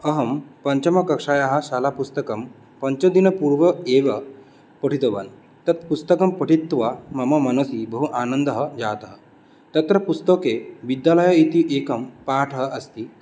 अहं पञ्चमकक्षायाः शालापुस्तकं पञ्चदिनपूर्वम् एव पठितवान् तत्पुस्तकं पठित्वा मम मनसि बहु आनन्दः जातः तत्र पुस्तके विद्यालयः इति एकः पाठः अस्ति